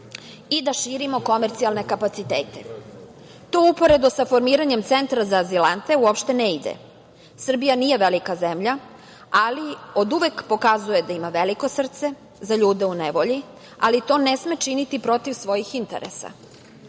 i da širimo komercijalne kapacitete. To uporedo sa formiranjem centra za azilante uopšte ne ide. Srbija nije velika zemlja ali oduvek pokazuje da ima veliko srce za ljude u nevolji, ali to ne sme činiti protiv svojih interesa.Međutim,